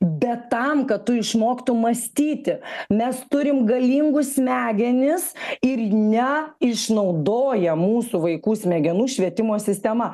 bet tam kad tu išmoktum mąstyti mes turim galingus smegenis ir neišnaudoja mūsų vaikų smegenų švietimo sistema